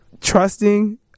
trusting